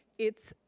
it's,